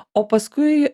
o paskui